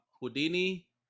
Houdini